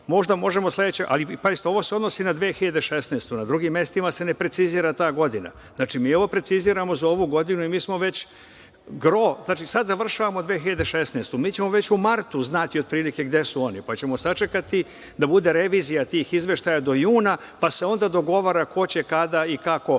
Možda možemo sledeće, ali pazite, ovo se odnosi na 2016. godinu, a na drugim mestima se ne precizira ta godina. Znači, mi ovo preciziramo za ovu godinu i mi smo već gro… Dakle, sad završavamo 2016. godinu, a već u martu ćemo znati otprilike gde su oni, pa ćemo sačekati da bude revizija tih izveštaja do juna, pa se onda dogovara ko će kada i kako